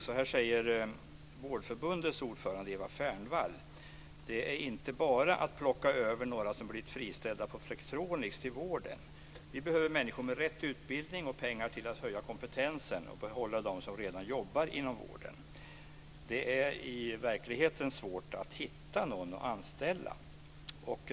Så här säger Vårdförbundets ordförande Eva Fernvall: Det är inte bara att plocka över några som blivit friställda på Flextronics till vården. Vi behöver människor med rätt utbildning och pengar till att höja kompetensen och behålla dem som redan jobbar inom vården. Det är i verkligheten svårt att hitta någon att anställa.